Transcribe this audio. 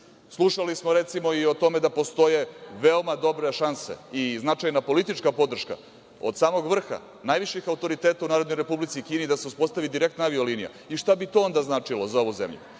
sada. Slušali smo, recimo, i o tome da postoje veoma dobre šanse i značajna politička podrška od samog vrha, najviših autoriteta u Narodnoj Republici Kini da se uspostavi direktna avio linija.(Radoslav Milojičić: Jel